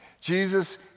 Jesus